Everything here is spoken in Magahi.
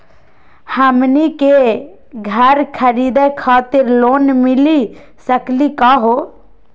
हमनी के घर खरीदै खातिर लोन मिली सकली का हो?